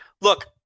look